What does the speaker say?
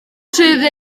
sydd